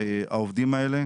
העובדים האלה